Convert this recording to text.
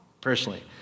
personally